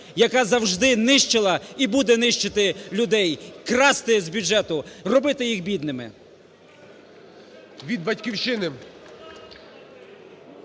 яка завжди нищила і буде нищити людей, красти з бюджету, робити їх бідними.